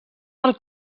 del